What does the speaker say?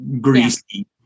greasy